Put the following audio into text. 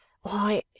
Why